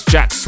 Jack